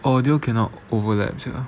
audio cannot overlap sia